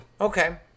Okay